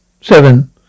Seven